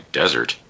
desert